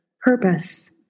purpose